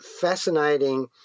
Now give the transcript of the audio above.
fascinating